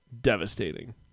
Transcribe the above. Devastating